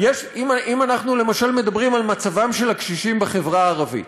אם אנחנו למשל מדברים על מצבם של הקשישים בחברה הערבית?